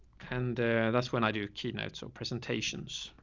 kinda that's when i do key notes or presentations.